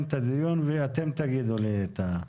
אדוני, כאשר דיברנו כבר בתחילת הדרך,